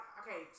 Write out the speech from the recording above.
okay